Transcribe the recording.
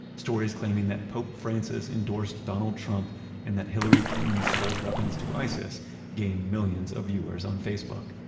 stories claiming that pope francis endorsed donald trump and that hillary clinton sold weapons to isis gained millions of viewers on facebook.